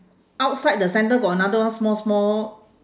outside the centre got another one small small